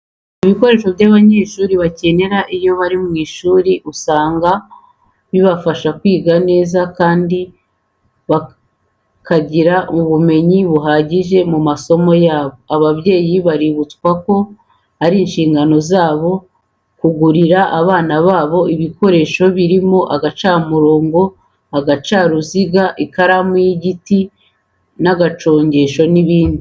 Ibikoresho abanyeshuri bakenera iyo bari ku ishuri usanga bibafasha kwiga neza kandi bakagira ubumenyi buhagije ku masomo yabo. Ababyeyi baributswa ko ari inshingano zabo kugurira abana babo ibikoresho birimo uducamurongo, uducaruziga, ikaramu y'igiti, agacongesho n'ibindi.